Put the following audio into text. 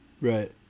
Right